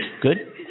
Good